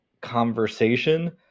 conversation